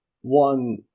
one